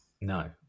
No